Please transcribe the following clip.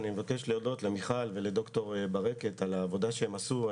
אני מבקש להודות למיכל היימן ולד"ר ברקת על העבודה שהם עשו.